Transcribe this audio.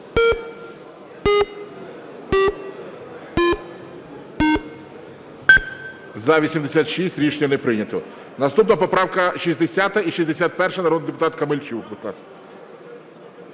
За-86 Рішення не прийнято. Наступна поправка 60 і 61-а. Народний депутат Камельчук,